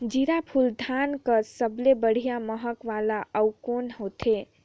जीराफुल धान कस सबले बढ़िया महक वाला अउ कोन होथै?